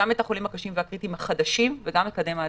גם את החולים הקשים והקריטיים החדשים וגם מקדם ההדבקה.